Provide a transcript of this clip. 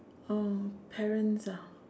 oh parents ah